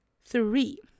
Three